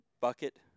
bucket